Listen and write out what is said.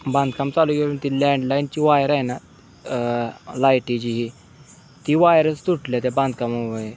बांधकाम चालू केली लँडलाईनची वायर आहे ना लाईटीची ती वायरच तुटल्या त्या बांधकामामुळे